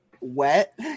wet